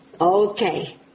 Okay